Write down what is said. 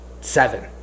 seven